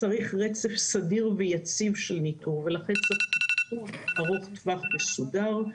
צריך רצף סדר יציב ורציף של ניטור באופן ארוך טווח ומסודר,